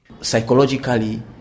Psychologically